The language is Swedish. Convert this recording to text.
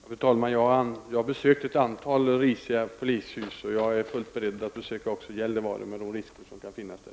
Fru talman! Jag har besökt ett antal risiga polishus, och jag är fullt beredd att besöka också Gällivare polishus med de risker som kan finnas där.